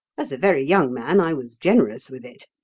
as a very young man i was generous with it.